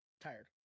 Tired